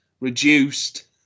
reduced